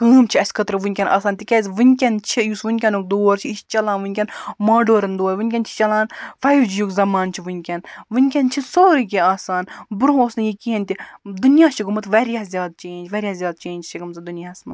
کٲم چھِ اَسہِ خٲطرٕ وٕنکٮ۪ن آسان تِکیٛازِ وٕنکٮ۪ن چھِ یُس وٕنکٮ۪نُک دور چھِ یہِ چھِ چَلان وٕنکٮ۪ن ماڈٲرٕن دور وٕنکٮ۪ن چھِ چَلان فایِو جی یُک زَمانہٕ چھِ وٕنکٮ۪ن وٕنکٮ۪ن چھِ سورُے کیٚنٛہہ آسان برٛونٛہہ اوس نہٕ یہِ کِہیٖنۍ تہِ دُنیا چھُ گوٚمُت واریاہ زیادٕ چینٛج واریاہ زیادٕ چینٛجٕس چھِ گٔمژٕ دُنیاہَس منٛز